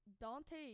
Dante